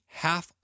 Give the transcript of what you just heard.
half